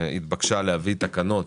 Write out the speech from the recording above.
התבקשו להביא תקנות